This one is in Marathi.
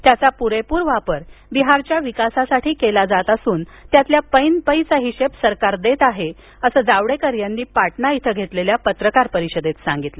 त्याचा पुरेपूर वापर बिहारच्या विकासासाठी केला जात असून त्यातील पै न पै चा हिशेब सरकार देत आहे असं जावडेकर यांनी पाटणा इथं घेतलेल्या पत्रकार परिषदेत सांगितलं